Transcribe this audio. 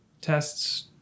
test's